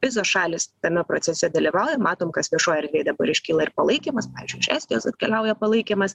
visos šalys tame procese dalyvauja matom kas viešoj erdvėj dabar iškyla ir palaikymas pavyzdžiui estijos atkeliauja palaikymas